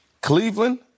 Cleveland